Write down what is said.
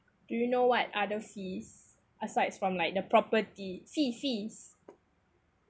do you know what other fees asides from like the property fees fees